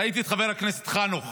ראיתי את חבר הכנסת חנוך